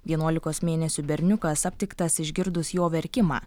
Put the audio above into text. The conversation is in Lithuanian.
vienuolikos mėnesių berniukas aptiktas išgirdus jo verkimą